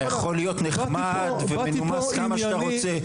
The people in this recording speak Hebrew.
יכול להיות נחמד ומנומס כמה שאתה רוצה,